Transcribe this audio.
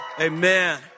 Amen